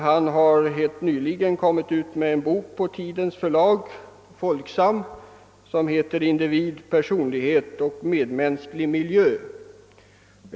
Han har nyligen kommit ut med en bok på Tidens förlag Folksam, »Individ, personlighet och medmänsklig miljö».